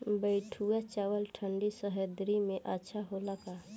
बैठुआ चावल ठंडी सह्याद्री में अच्छा होला का?